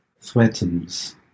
threatens